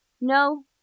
no